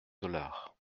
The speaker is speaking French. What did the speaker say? dollars